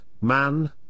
man